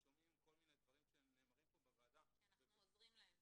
שומעים כל מיני דברים שנאמרים פה בוועדה -- כי אנחנו עוזרים להם.